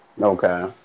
Okay